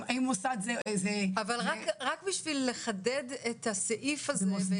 רק כדי לחדד את הסעיף הזה ואת